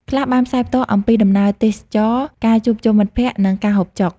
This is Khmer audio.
ខ្លះបានផ្សាយផ្ទាល់ អំពីដំណើរទេសចរណ៍ ការជួបជុំមិត្តភក្តិ និងការហូបចុក។